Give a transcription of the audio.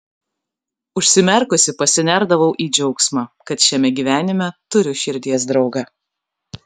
užsimerkusi pasinerdavau į džiaugsmą kad šiame gyvenime turiu širdies draugą